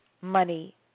money